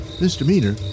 misdemeanor